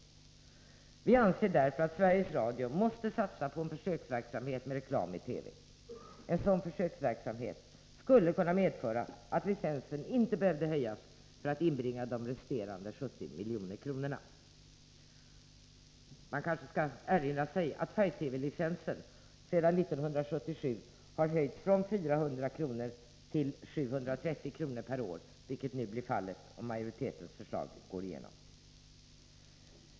Vi moderater anser därför att Sveriges Radio måste satsa på en försöksverksamhet med reklam i TV. En sådan försöksverksamhet skulle kunna medföra att licensen inte behövde höjas för att inbringa de resterande 70 milj.kr. Man kanske skall erinra sig att färg-TV-licensen sedan 1977 har höjts från 400 kr. till 730 kr. per år, vilket blir den nya avgiften om majoritetens förslag går igenom.